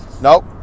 Nope